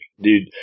dude